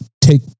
take